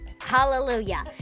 Hallelujah